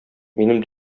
минем